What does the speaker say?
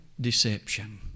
deception